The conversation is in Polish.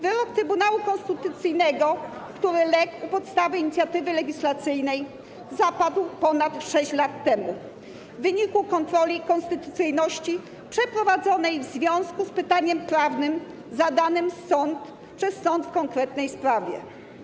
Wyrok Trybunału Konstytucyjnego, który legł u podstawy inicjatywy legislacyjnej, zapadł ponad 6 lat temu w wyniku kontroli konstytucyjności przeprowadzonej w związku z pytaniem prawnym zadanym przez sąd w konkretnej sprawie.